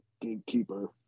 gatekeeper